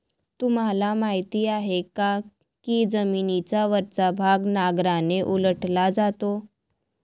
तुम्हाला माहीत आहे का की जमिनीचा वरचा भाग नांगराने उलटला जातो?